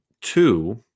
two